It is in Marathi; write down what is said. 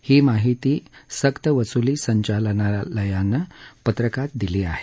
ही माहिती सक्तवसुली संचालनालयानं पत्रकात दिली आहे